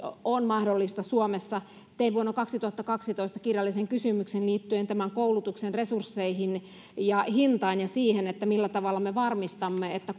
on mahdollista suomessa tein vuonna kaksituhattakaksitoista kirjallisen kysymyksen liittyen tämän koulutuksen resursseihin ja hintaan ja siihen millä tavalla me varmistamme että